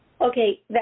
okay